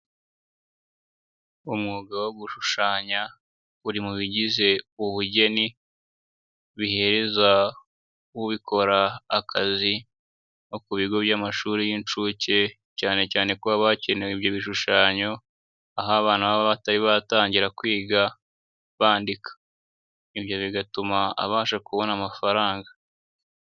Umwuga wo gushushanya uri mu bigize ubugeni, bihereza ubikora akazi nko ku bigo by'amashuri y'inshuke cyane cyane ko haba hakenewe ibyo bishushanyo, aho abana baba batari batangira kwiga bandika. Ibyo bigatuma abasha kubona amafaranga.